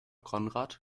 konrad